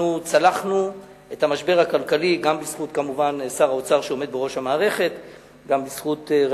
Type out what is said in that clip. אנחנו צלחנו את המשבר הכלכלי כמובן גם בזכות שר